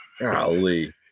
Golly